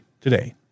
today